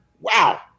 wow